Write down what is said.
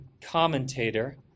commentator